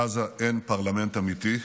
בעזה אין פרלמנט אמיתי.